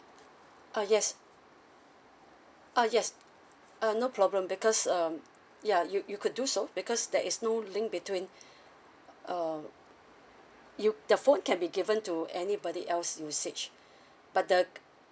uh yes ah yes uh no problem because um ya you you could do so because there is no link between uh uh you the phone can be given to anybody else usage but the